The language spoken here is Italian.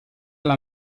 alla